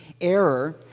error